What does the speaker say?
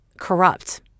corrupt